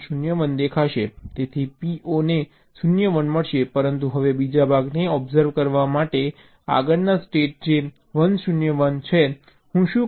તેથી PO ને 0 1 મળશે પરંતુ હવે બીજા ભાગને ઓબ્સર્વ કરવા માટે આગળના સ્ટેટ જે 1 0 1 છે હું શું કરું